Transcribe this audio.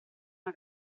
una